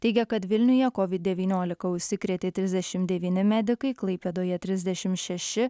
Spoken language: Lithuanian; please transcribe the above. teigia kad vilniuje covid devyniolika užsikrėtė trisdešimt devyni medikai klaipėdoje trisdešimt šeši